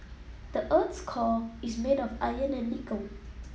the earth's core is made of iron and nickel